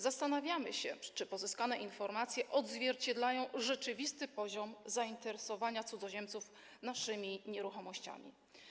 Zastanawiamy się, czy pozyskane informacje odzwierciedlają rzeczywisty poziom zainteresowania cudzoziemców naszymi nieruchomościami.